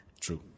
True